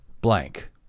blank